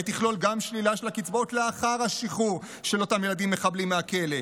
ותכלול גם שלילה של הקצבאות לאחר השחרור של אותם ילדים מחבלים מהכלא,